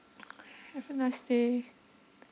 have a nice day